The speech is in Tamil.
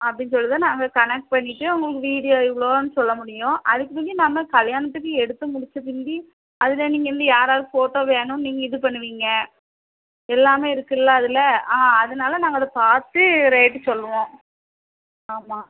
அப்படின் சொல்லிட்டுதான் நாங்கள் கணக்கு பண்ணிட்டு உங்களுக்கு வீடியோ இவ்வளோன்னு சொல்ல முடியும் அதுக்கு முந்தி நம்ம கல்யாணத்துக்கு எடுத்து முடித்த பிந்தி அதில் நீங்கள் வந்து யார் யார் ஃபோட்டோ வேணும் நீங்கள் இது பண்ணுவீங்க எல்லாமே இருக்குதுல்ல அதில் ஆ அதனால நாங்கள் அதை பார்த்து ரேட்டு சொல்லுவோம் ஆமாம்